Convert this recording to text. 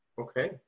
Okay